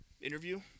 interview